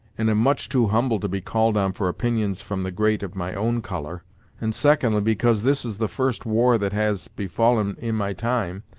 and am much too humble to be called on for opinions from the great of my own colour and, secondly, because this is the first war that has befallen in my time,